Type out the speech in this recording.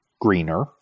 greener